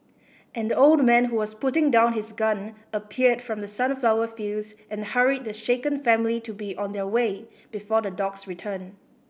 an old man who was putting down his gun appeared from the sunflower fields and hurried the shaken family to be on their way before the dogs return